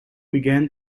began